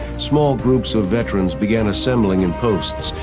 small groups of veterans began assembling in posts,